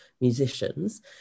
musicians